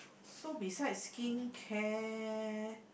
so besides skin care